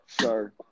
sir